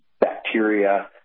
bacteria